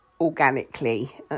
organically